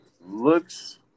looks